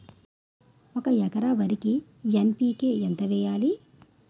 ఒక ఎకర వరికి ఎన్.పి.కే ఎంత వేయాలి?